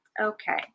Okay